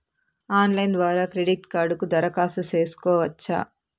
Online ద్వారా credit కార్డుకు దరఖాస్తు సేసుకోవచ్చా?